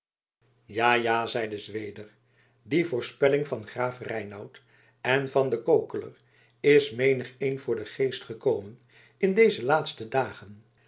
ja ja zeide zweder die voorspelling van graaf reinout en van den kokeler is menigeen voor den geest gekomen in deze laatste dagen